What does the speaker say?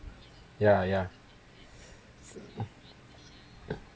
ya ya